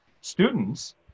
students